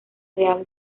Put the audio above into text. real